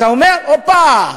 אתה אומר: הופה.